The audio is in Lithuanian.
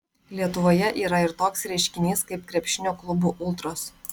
lietuvoje yra ir toks reiškinys kaip krepšinio klubų ultros